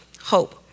hope